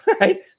right